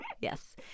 Yes